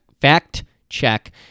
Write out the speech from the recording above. fact-check